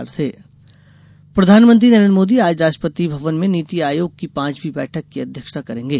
नीति आयोग बैठक प्रधानमंत्री नरेन्द्र मोदी आज राष्ट्रापति भवन में नीति आयोग की पांचवी बैठक की अध्यक्षता करेंगे